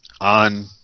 on